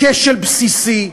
כשל בסיסי.